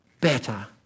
better